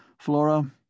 Flora